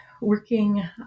working